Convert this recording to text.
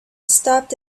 stopped